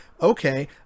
okay